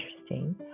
interesting